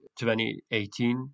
2018